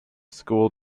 school